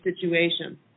situation